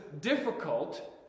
difficult